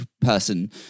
person